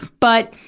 but,